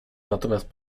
natomiast